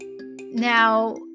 Now